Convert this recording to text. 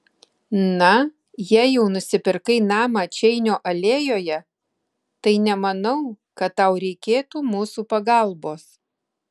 na jei jau nusipirkai namą čeinio alėjoje tai nemanau kad tau reikėtų mūsų pagalbos